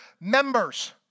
members